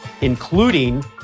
including